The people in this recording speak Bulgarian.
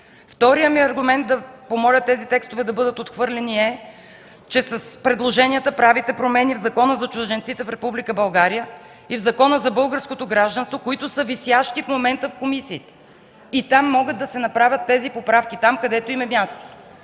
Вторият ми аргумент да помоля тези текстове да бъдат отхвърлени е, че с предложенията правите промени в Закона за чужденците в Република България и в Закона за българското гражданство, които са висящи в момента в комисиите. Тези поправки могат да се направят там, където им е мястото.